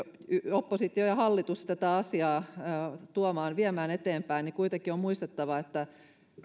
oppositio ja hallitus tätä asiaa viemään eteenpäin niin kuitenkin on muistettava että